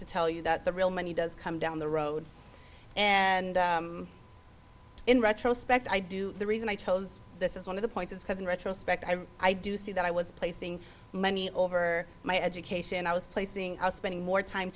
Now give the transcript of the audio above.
to tell you that the real money does come down the road and in retrospect i do the reason i chose this is one of the points is because in retrospect i i do see that i was placing money over my education and i was placing spending more time